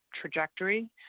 trajectory